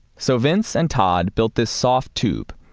so vince and todd built this soft tube,